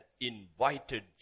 invited